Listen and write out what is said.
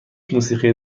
موسیقی